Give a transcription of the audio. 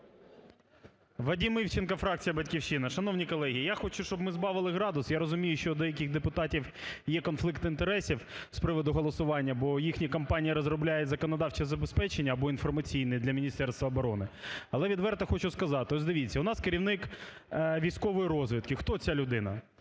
Вадим Івченко, фракція "Батьківщина". Шановні колеги, я хочу, щоб ми збавили градус. Я розумію, що у деяких депутатів є конфлікт інтересів з приводу голосування, бо їхні компанії розробляють законодавче забезпечення або інформаційне для Міністерства оборони. Але відверто хочу сказати, от дивіться, у нас керівник військової розвідки, хто ця людина?